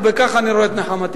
ובכך אני רואה את נחמתי.